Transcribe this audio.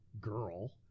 girl